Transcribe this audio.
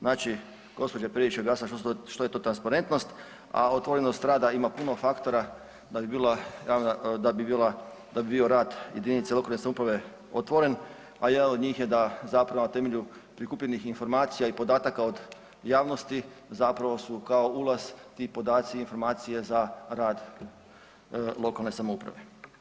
Znači gospođa Perić je objasnila što je to transparentnost, a otvorenost rada ima puno faktora da bi bio rad jedinice lokalne samouprave otvoren, a jedan od njih je da zapravo na temelju prikupljenih informacija i podataka od javnosti zapravo su kao ulazni podaci i informacije za rad lokalne samouprave.